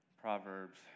Proverbs